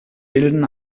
bilden